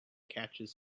catches